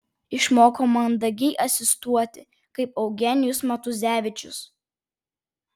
išmoko mandagiai asistuoti kaip eugenijus matuzevičius